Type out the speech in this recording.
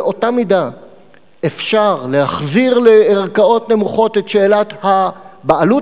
באותה מידה אפשר להחזיר לערכאות נמוכות את שאלת הבעלות